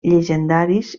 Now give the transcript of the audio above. llegendaris